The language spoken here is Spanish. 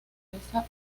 esa